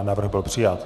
Návrh byl přijat.